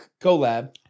collab